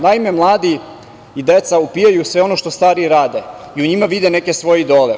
Naime, mladi i deca upijaju sve ono što stariji rade i u njima vide neke svoje idole.